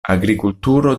agrikulturo